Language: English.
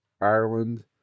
ireland